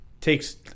takes